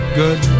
good